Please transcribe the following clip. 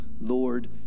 Lord